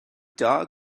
dog